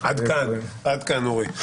עד כאן, אורי.